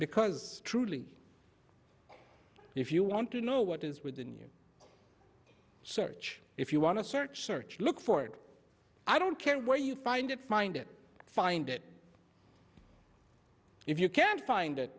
because truly if you want to know what is within you search if you want to search search look forward i don't care where you find it find it find it if you can find it